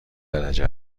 درجه